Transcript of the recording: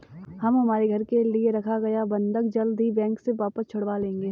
हम हमारे घर के लिए रखा गया बंधक जल्द ही बैंक से वापस छुड़वा लेंगे